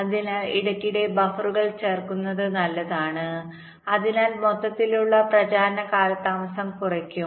അതിനാൽ ഇടയ്ക്കിടെ ബഫറുകൾ ചേർക്കുന്നത് നല്ലതാണ് അതിനാൽ മൊത്തത്തിലുള്ള പ്രചാരണ കാലതാമസം കുറയ്ക്കും